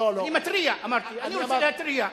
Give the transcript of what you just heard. אני מתריע, אמרתי, אני רוצה להתריע.